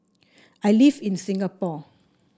I live in Singapore